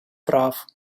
прав